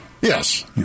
Yes